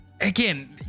again